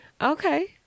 Okay